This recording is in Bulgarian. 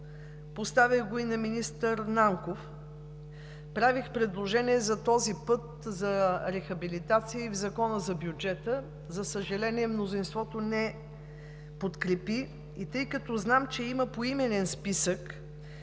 поставих го и на министър Нанков, правих предложение за рехабилитация на този път и в Закона за бюджета. За съжаление, мнозинството не го подкрепи. Тъй като знам, че има поименен списък